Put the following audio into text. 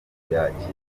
kuyakira